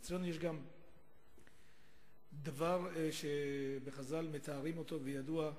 אצלנו יש גם דבר שבחז"ל מתארים אותו והוא ידוע: